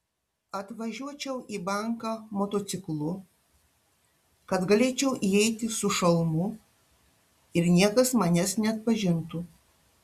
atvažiuočiau į banką motociklu kad galėčiau įeiti su šalmu ir niekas manęs neatpažintų